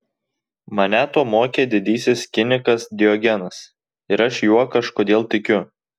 mane to mokė didysis kinikas diogenas ir aš juo kažkodėl tikiu